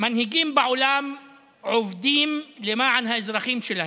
"מנהיגים בעולם עובדים למען האזרחים שלהם.